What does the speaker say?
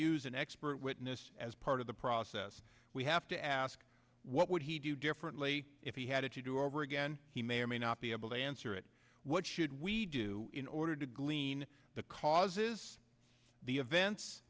use an expert witness as part of the process we have to ask what would he do differently if he had it to do over again he may or may not be able to answer it what should we do in order to glean the causes the events